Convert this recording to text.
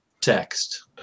text